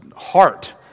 heart